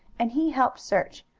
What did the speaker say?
and he helped search,